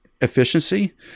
efficiency